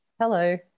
Hello